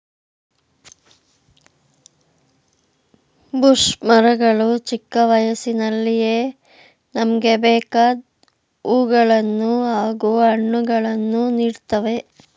bush ಮರಗಳು ಚಿಕ್ಕ ವಯಸ್ಸಿನಲ್ಲಿಯೇ ನಮ್ಗೆ ಬೇಕಾದ್ ಹೂವುಗಳನ್ನು ಹಾಗೂ ಹಣ್ಣುಗಳನ್ನು ನೀಡ್ತವೆ